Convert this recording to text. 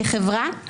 כחברה,